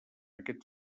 aquest